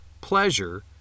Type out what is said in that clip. Pleasure